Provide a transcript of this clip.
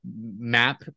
map